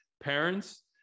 parents